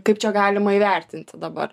kaip čia galima įvertinti dabar